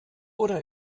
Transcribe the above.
oder